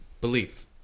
belief